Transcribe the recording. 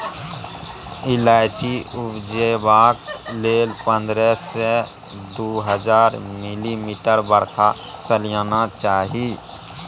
इलाइचीं उपजेबाक लेल पंद्रह सय सँ दु हजार मिलीमीटर बरखा सलियाना चाही